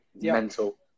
mental